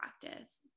practice